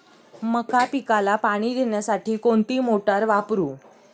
मका पिकाला पाणी देण्यासाठी कोणती मोटार वापरू?